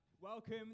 welcome